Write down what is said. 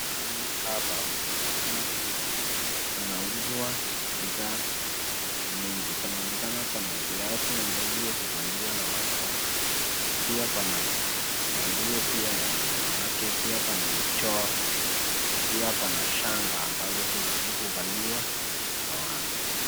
Mahali hapa panaonekana kuwa panauzwa bidhaa nyingi. Panaonekana pana viatu ambavyo huvaliwa na wanawake pia pana manguo pia ya wanawake. Pia pana mchoro na pia pana shanga ambazo huvaliwa na watu.